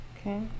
Okay